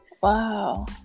wow